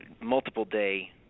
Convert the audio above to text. multiple-day